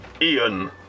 Ian